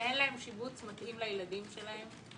שאין להם שיבוץ מתאים לילדים שלהם.